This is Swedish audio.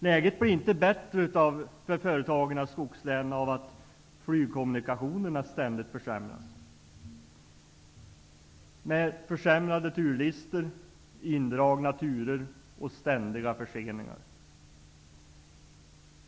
Läget för företagen i skogslänen blir inte bättre av att flygkommunikationerna ständigt försämras med försämrade turlistor, indragna turer och ständiga förseningar.